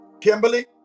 Kimberly